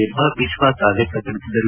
ಎಂಬ ವಿಶ್ವಾಸ ವ್ಯಕ್ತ ಪಡಿಸಿದರು